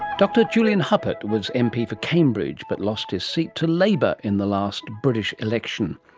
dr julian huppert was mp for cambridge but lost his seat to labour in the last british election.